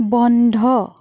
বন্ধ